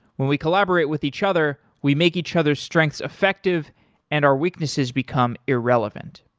when we collaborate with each other, we make each other's strengths effective and our weaknesses become irrelevant.